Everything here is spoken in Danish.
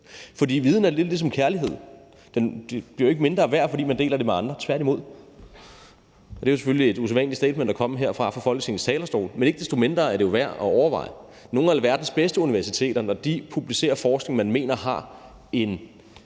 For viden er lidt ligesom kærlighed – det bliver ikke mindre værd, fordi man deler det med andre, tværtimod. Det er selvfølgelig et usædvanligt statement at komme med her fra Folketingets talerstol, men ikke desto mindre er det jo værd at overveje. Når nogle af verdens bedste universiteter publicerer forskning, man mener har et